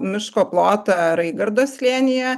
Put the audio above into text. miško plotą raigardo slėnyje